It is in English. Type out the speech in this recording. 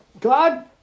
God